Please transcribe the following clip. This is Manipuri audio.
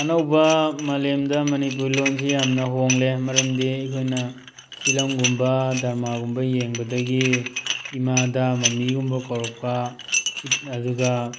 ꯑꯅꯧꯕ ꯃꯥꯂꯦꯝꯗ ꯃꯅꯤꯄꯨꯔ ꯂꯣꯟꯁꯤ ꯌꯥꯝꯅ ꯍꯣꯡꯂꯦ ꯃꯔꯝꯗꯤ ꯑꯩꯈꯣꯏꯅ ꯐꯤꯂꯝꯒꯨꯝꯕ ꯗꯔꯃꯥꯒꯨꯝꯕ ꯌꯦꯡꯕꯗꯒꯤ ꯏꯃꯥꯗ ꯃꯝꯃꯤꯒꯨꯝꯕ ꯀꯧꯔꯛꯄ ꯑꯗꯨꯒ